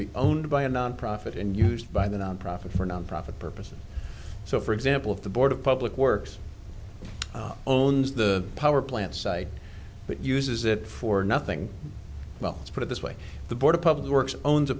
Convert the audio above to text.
be owned by a nonprofit and used by the nonprofit for nonprofit purposes so for example of the board of public works own the power plant site but uses it for nothing well let's put it this way the board of public works owns a